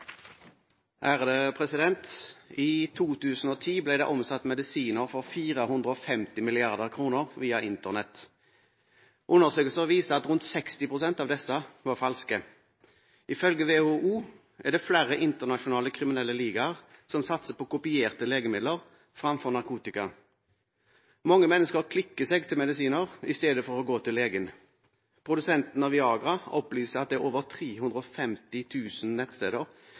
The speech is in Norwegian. I 2010 ble det omsatt medisiner for 450 mrd. kr via Internett. Undersøkelser viser at rundt 60 pst. av disse var falske. Ifølge WHO er det flere internasjonale kriminelle ligaer som satser på kopierte legemidler fremfor narkotika. Mange mennesker klikker seg til medisiner i stedet for å gå til legen. Produsenten av Viagra opplyser at det er over 350 000 nettsteder